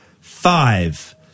five